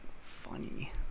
funny